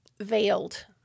veiled